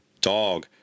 dog